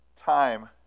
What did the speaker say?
time